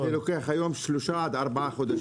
לוקח שלושה, ארבעה חודשים.